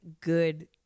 good